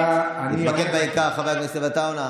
תתמקד בעיקר, חבר הכנסת עטאונה.